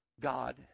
God